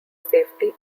safety